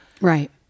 Right